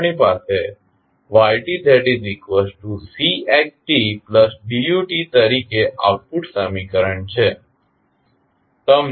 આપણી પાસે ytCxtDut તરીકે આઉટપુટ સમીકરણ છે